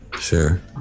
Sure